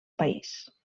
país